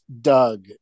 Doug